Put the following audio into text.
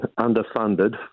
underfunded